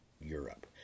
Europe